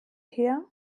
her